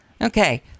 Okay